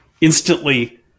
instantly